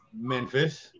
Memphis